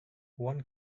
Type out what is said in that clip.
one